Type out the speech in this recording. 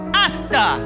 hasta